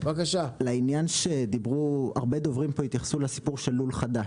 הרבה דוברים התייחסו לסיפור של לול חדש.